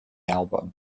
album